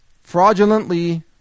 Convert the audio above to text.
fraudulently